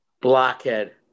Blockhead